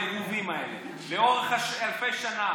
עם העירובים האלה לאורך אלפי שנים.